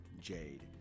Jade